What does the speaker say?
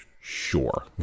sure